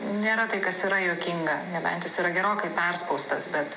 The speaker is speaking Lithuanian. nėra tai kas yra juokinga nebent jis yra gerokai perspaustas bet